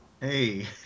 Hey